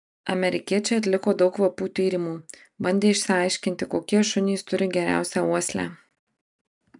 amerikiečiai atliko daug kvapų tyrimų bandė išsiaiškinti kokie šunys turi geriausią uoslę